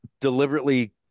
deliberately